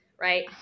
Right